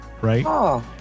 right